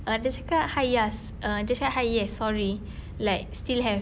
err dia cakap hi yes err dia cakap hi yes sorry like still have